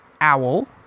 Owl